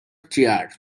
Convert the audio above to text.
chair